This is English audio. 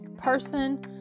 person